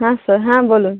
হ্যাঁ স্যার হ্যাঁ বলুন